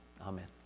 Amen